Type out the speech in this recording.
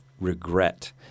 regret